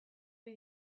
ohi